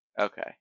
Okay